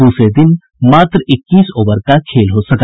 दूसरे दिन मात्र इक्कीस ओवर का खेल हो सका